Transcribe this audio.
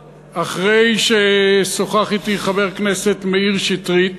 אחרי ששוחח אתי חבר הכנסת מאיר שטרית